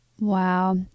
Wow